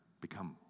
become